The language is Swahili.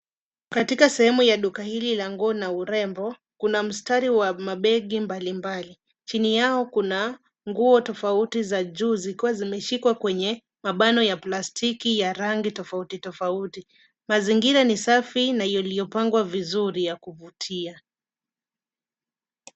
Katika sehemu ya duka hili la nguo na urembo, kuna mstari wa mabegi mbalimbali. Chini yao kuna nguo tofauti za juu zikiwa zimeshikwa kwenye mabano ya plastiki ya rangi tofauti tofauti. Mazingira ni safi na yaliyopangwa vizuri ya kuvutia.